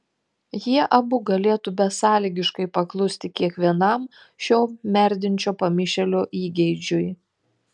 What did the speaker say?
jie abu galėtų besąlygiškai paklusti kiekvienam šio merdinčio pamišėlio įgeidžiui